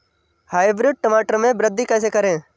Hybrid टमाटर में वृद्धि कैसे करें?